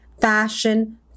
fashion